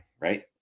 Right